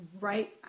right